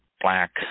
black